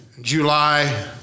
July